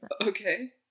Okay